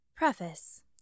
Preface